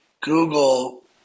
Google